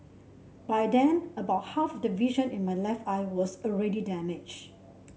by then about half the vision in my left eye was already damaged